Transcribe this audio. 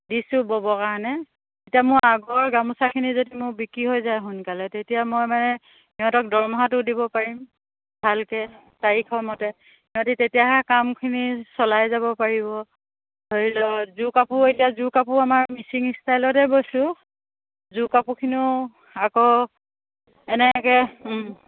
দিছোঁ ব'বৰ কাৰণে এতিয়া মোৰ আগৰ গামোচাখিনি যদি মোৰ বিক্ৰী হৈ যায় সোনকালে তেতিয়া মই মানে সিহঁতক দৰমহাটো দিব পাৰিম ভালকে তাৰিখৰ মতে সিহঁতি তেতিয়াহে কামখিনি চলাই যাব পাৰিব ধৰি লওক যোৰ কাপোৰ এতিয়া যোৰ কাপোৰ আমাৰ মিচিং ষ্টাইলতে বৈছোঁ যোৰ কাপোৰখিনিও আকৌ এনেকে